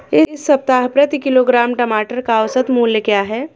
इस सप्ताह प्रति किलोग्राम टमाटर का औसत मूल्य क्या है?